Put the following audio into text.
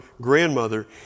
grandmother